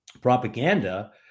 propaganda